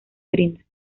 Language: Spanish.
brinda